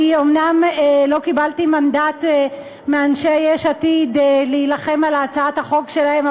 אני אומנם לא קיבלתי מנדט מאנשי יש עתיד להילחם על הצעת החוק שלהם,